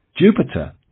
Jupiter